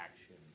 action